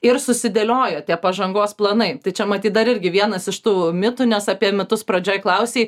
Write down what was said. ir susidėliojo tie pažangos planai tai čia matyt dar irgi vienas iš tų mitų nes apie mitus pradžioj klausei